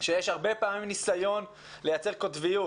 שיש הרבה פעמים ניסיון לייצר קוטביות,